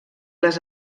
les